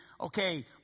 okay